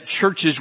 churches